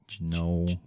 No